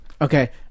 Okay